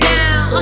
now